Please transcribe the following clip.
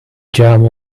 jam